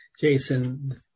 Jason